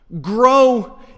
Grow